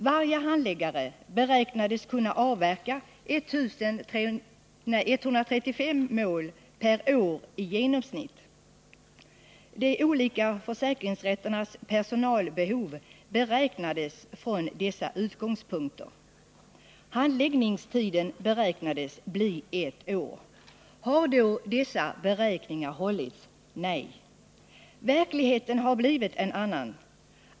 Varje handläggare beräknades kunna avverka i genomsnitt 135 mål per år. De olika försäkringsrätternas personalbehov beräknades från dessa utgångspunkter. Handläggningstiden beräknades bli ett år. Har då dessa beräkningar hållit? Nej, verkligheten har blivit en annan.